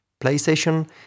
PlayStation